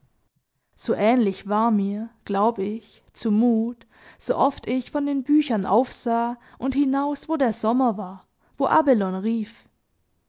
so ähnlich war mir glaub ich zumut sooft ich von den büchern aufsah und hinaus wo der sommer war wo abelone rief